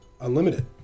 unlimited